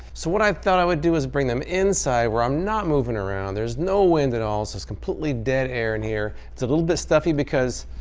so what i thought i would do is bring them inside where i'm not moving around, there's no wind at all, so it's completely dead air in here. it's a little bit stuffy because,